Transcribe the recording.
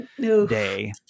day